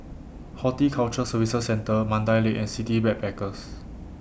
Horticulture Services Centre Mandai Lake and City Backpackers